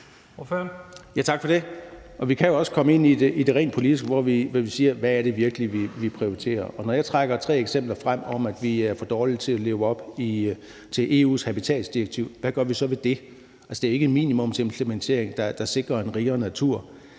Tak for det. Vi kan jo også komme ind i det rent politiske, hvor vi siger, hvad det virkelig er, vi prioriterer. Når jeg trækker tre eksempler frem om, at vi er for dårlige til at leve op til EU's habitatsdirektiv, hvad gør vi så ved det? Det er ikke en minimumsimplementering, der sikrer en rigere natur.